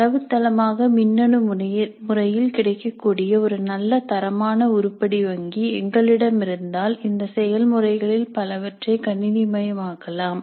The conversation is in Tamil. தரவுத்தளமாக மின்னணு முறையில் கிடைக்கக்கூடிய ஒரு நல்ல தரமான உருப்படி வங்கி எங்களிடம் இருந்தால் இந்த செயல்முறைகளில் பலவற்றை கணினிமயமாக்கலாம்